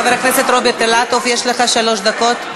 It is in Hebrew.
חבר הכנסת רוברט אילטוב, יש לך שלוש דקות.